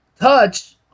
touch